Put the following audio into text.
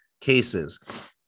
cases